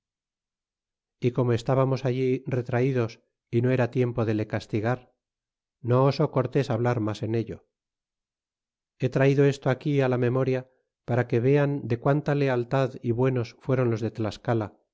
y como estábamos allí retraidos y no era tiempo de le castigar no osó cortés hablar mas en ello he traido esto aquí la memoria para que vean de quanta lealtad y buenos fueron los de flascala